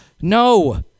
no